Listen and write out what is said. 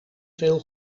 veel